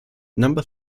number